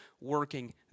working